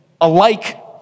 alike